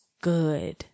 Good